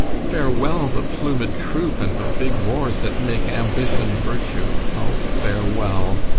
farewell the plumed troop and the big wars that make ambition virtue! o, farewell,